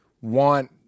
want